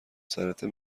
سرته